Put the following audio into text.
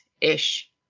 ish